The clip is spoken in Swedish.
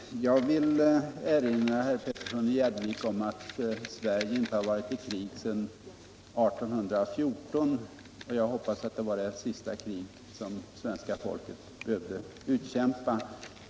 Herr talman! Jag vill erinra herr Petersson i Gäddvik om att Sverige inte har varit i krig sedan 1814, och jag hoppas intensivt att det var det sista krig som svenska folket behövde utkämpa.